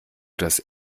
das